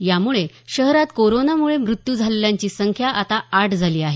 यामुळे शहरात कोरोनामुळे मृत्यू झालेल्याची संख्या आता आठ झाली आहे